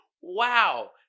Wow